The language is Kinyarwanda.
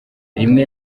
nimwe